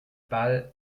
ball